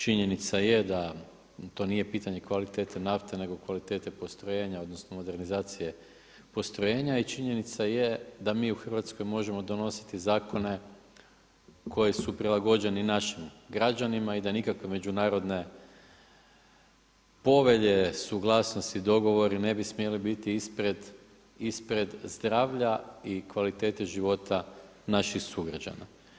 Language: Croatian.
Činjenica je da to nije pitanje kvalitete nafte nego kvalitete postrojenja odnosno modernizacije postrojenja i činjenica je da mi u Hrvatskoj možemo donositi zakone koji su prilagođeni našim građanima i da nikakve međunarodne povelje, suglasnosti, dogovori ne bi smjeli biti ispred zdravlja i kvalitete života naših sugrađana.